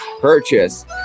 purchase